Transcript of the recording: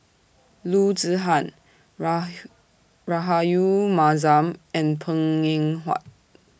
Loo Zihan Rahayu Mahzam and Png Eng Huat